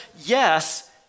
yes